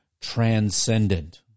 transcendent